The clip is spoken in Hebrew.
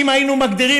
אם היינו מגדירים,